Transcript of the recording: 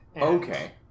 Okay